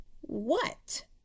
What